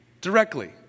directly